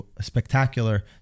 spectacular